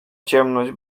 ciemność